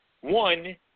one